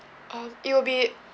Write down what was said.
um it'll be